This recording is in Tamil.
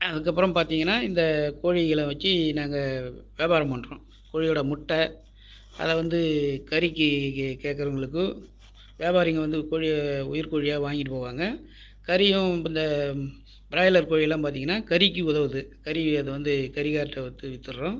அதற்கப்பறம் பார்த்திங்கன்னா இந்த கோழிகளை வச்சு நாங்கள் வியாபாரம் பண்ணுறோம் கோழியோட முட்டை அதை வந்து கறிக்கு கேட்குறவங்களுக்கு வியாபாரிங்க வந்து கோழியை உயிர் கோழியாக வாங்கிகிட்டு போவாங்க கறியும் இந்த ப்ராயிலர் கோழிலாம் பார்த்திங்கன்னா கறிக்கு உதவுது கறி அது வந்து கறிக்கார்ட்ட வந்து விற்றுடுறோம்